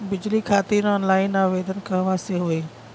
बिजली खातिर ऑनलाइन आवेदन कहवा से होयी?